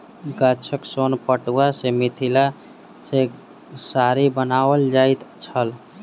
गाछक सोन पटुआ सॅ मिथिला मे साड़ी बनाओल जाइत छल